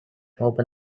open